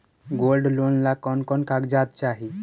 Gold loan ला कौन कौन कागजात चाही?